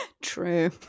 True